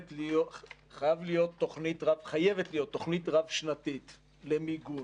חייבת להיות תוכנית רב-שנתית למיגון,